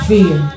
Fear